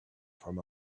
from